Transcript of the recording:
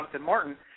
Martin